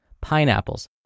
pineapples